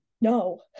no